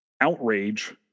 Outrage